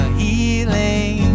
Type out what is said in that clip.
healing